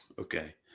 Okay